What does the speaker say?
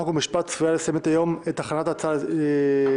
חוק ומשפט צפויה לסיים היום את הכנסת ההצעה לקריאה